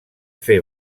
fer